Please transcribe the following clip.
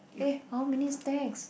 eh how many stacks